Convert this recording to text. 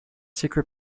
secret